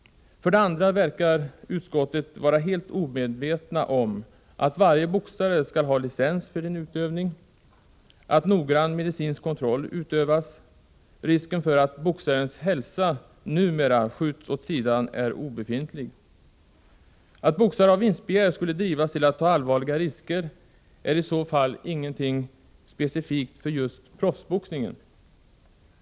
För det andra verkar utskottet vara helt omedvetet om att varje boxare skall ha licens för sin utövning och att noggrann medicinsk kontroll sker. Risken för att boxarens hälsa numera skjuts åt sidan är obefintlig. Att boxare av vinstbegär skulle drivas till att ta allvarliga risker är i så fall inget specifikt för just proffsboxningen.